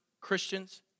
Christians